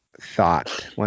thought